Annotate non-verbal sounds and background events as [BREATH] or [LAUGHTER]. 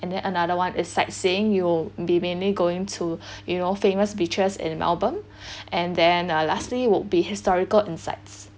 and then another one is sightseeing you'll be mainly going to [BREATH] you know famous beaches in melbourne [BREATH] and then uh lastly would be historical and sites